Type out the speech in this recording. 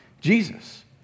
Jesus